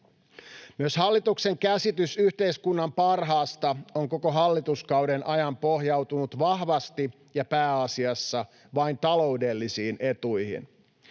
Myös hallituksen käsitys yhteiskunnan parhaasta on koko hallituskauden ajan pohjautunut vahvasti ja pääasiassa vain taloudellisiin etuihin,